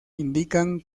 indican